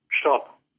stop